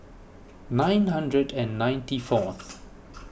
nine hundred and ninety fourth